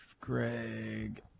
Greg